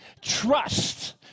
Trust